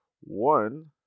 one